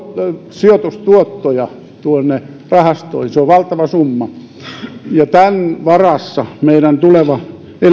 sijoitustuottoja rahastoihin se on valtava summa ja tämän varassa meidän tuleva